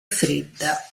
fredda